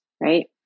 right